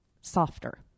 softer